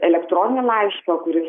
elektroninį laišką kuris